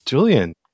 Julian